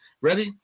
Ready